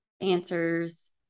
answers